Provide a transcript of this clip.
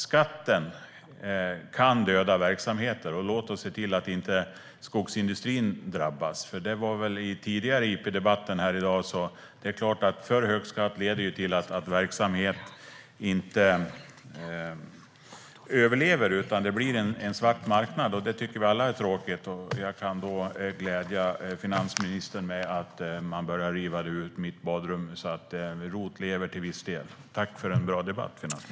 Skatten kan döda verksamheter. Låt oss se till att inte skogsindustrin drabbas. I den tidigare interpellationsdebatten här i dag sas att för hög skatt leder till att verksamhet inte överlever, utan det blir en svart marknad. Det tycker vi alla är tråkigt. Jag kan glädja finansministern med att man har börjat riva ut mitt badrum, så ROT lever till viss del. Tack för en bra debatt, finansministern!